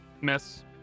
Miss